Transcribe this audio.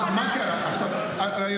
אין מספיק כוח אדם.